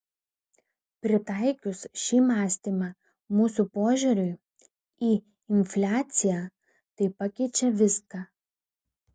pritaikius šį mąstymą mūsų požiūriui į infliaciją tai pakeičia viską